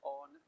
on